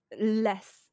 less